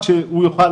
זו הפרקטיקה היום,